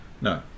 No